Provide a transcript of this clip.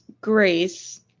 Grace